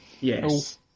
Yes